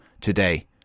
today